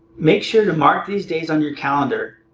make sure to mark these days on your calendar.